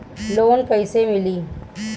Loan कइसे मिली?